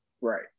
Right